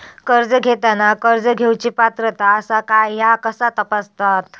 कर्ज घेताना कर्ज घेवची पात्रता आसा काय ह्या कसा तपासतात?